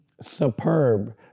superb